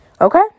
Okay